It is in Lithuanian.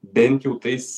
bent jau tais